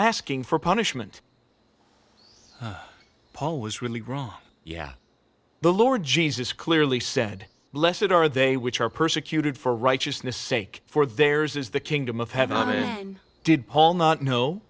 asking for punishment paul was really wrong yeah the lord jesus clearly said blessed are they which are persecuted for righteousness sake for theirs is the kingdom of heaven and did paul not know